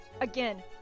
again